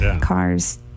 Cars